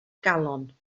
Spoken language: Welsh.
galon